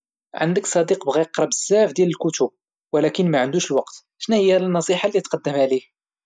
عندك صديق كيحاول ياكل ماكلة صحية بزاف ولكنه كيبغي الماكلة اللي فيها السكر بزاف، شناهيا الاقتراحات اللي ممكن تقولها ليه باش تساعدو يحافظ على نظام صحي؟